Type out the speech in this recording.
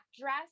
dress